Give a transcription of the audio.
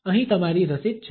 અહીં તમારી રસીદ છે